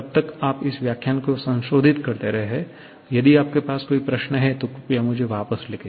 तब तक आप इस व्याख्यान को संशोधित करते हैं और यदि आपके पास कोई प्रश्न है तो कृपया मुझे वापस लिखें